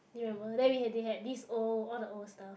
do you remember then we they had these old all the old stuff